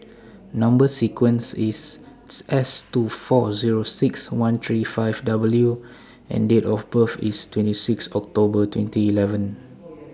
Number sequence IS S two four Zero six one three five W and Date of birth IS twenty six October twenty eleven